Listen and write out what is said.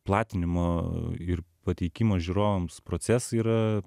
platinimo ir pateikimo žiūrovams procesai yra